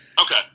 Okay